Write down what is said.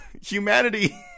humanity